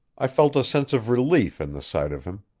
i felt a sense of relief in the sight of him.